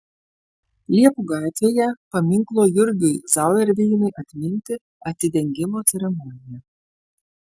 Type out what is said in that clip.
liepų gatvėje paminklo jurgiui zauerveinui atminti atidengimo ceremonija